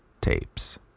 tapes